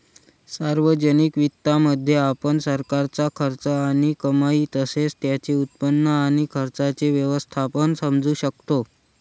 सार्वजनिक वित्तामध्ये, आपण सरकारचा खर्च आणि कमाई तसेच त्याचे उत्पन्न आणि खर्चाचे व्यवस्थापन समजू शकतो